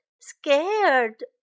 scared